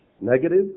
negative